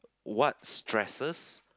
what stresses